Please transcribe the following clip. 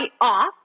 off